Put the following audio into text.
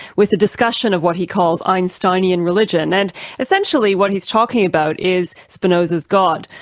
with a discussion of what he calls einsteinian religion, and essentially what he's talking about is spinoza's god.